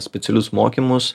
specialius mokymus